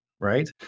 Right